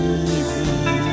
easy